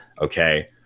Okay